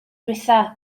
ddiwethaf